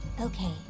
Okay